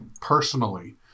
personally